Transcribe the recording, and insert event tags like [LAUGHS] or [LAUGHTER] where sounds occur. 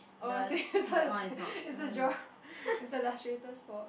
oh same [LAUGHS] so the same it's the draw it's the illustrators fault